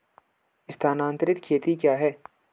स्थानांतरित खेती क्या है?